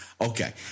Okay